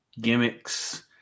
gimmicks